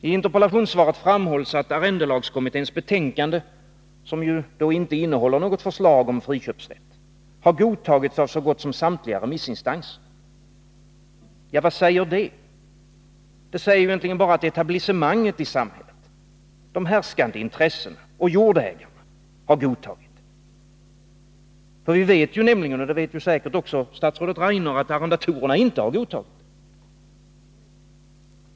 I interpellationssvaret framhålls att arrendelagskommitténs betänkande som ju inte innehåller något förslag om friköpsrätt har godtagits av så gott som samtliga remissinstanser. Vad säger det? Det säger bara att etablissemanget i samhället, de härskande intressena och jordägarna har godtagit det. Vi vet nämligen — och det vet säkert statsrådet Rainer — att arrendatorerna inte har godtagit det.